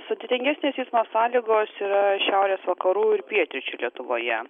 sudėtingesnės eismo sąlygos yra šiaurės vakarų ir pietryčių lietuvoje